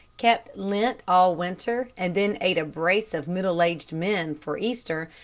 kept lent all winter and then ate a brace of middle-aged men for easter,